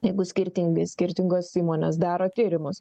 jeigu skirtingai skirtingos įmonės daro tyrimus